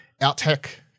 out-tech